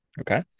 okay